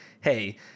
hey